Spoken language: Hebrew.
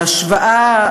ההשוואה,